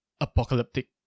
apocalyptic